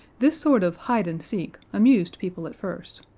this sort of hide-and-seek amused people at first,